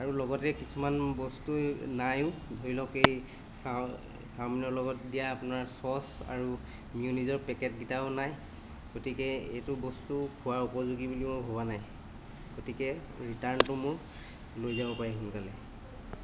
আৰু লগতে কিছুমান বস্তু নাইও ধৰি লওক এই চা চাওমিনৰ লগত দিয়া আপোনাৰ চ'চ আৰু মিউনিজৰ পেকেটকিটাও নাই গতিকে এইটো বস্তু খোৱাৰ উপযোগী বুলি মই ভবা নাই গতিকে ৰিটাৰ্ণটো মোৰ লৈ যাব পাৰি সোনকালে